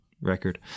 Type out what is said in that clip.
record